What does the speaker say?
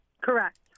Correct